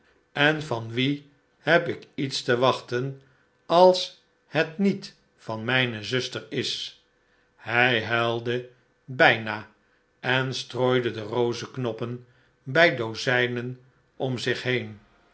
en van wie heb ik iets te wachten als het niet van mijne zuster is hi huilde bijna en strooide de rozeknoppen bij dozijnen om zich heen